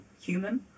human